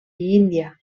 índia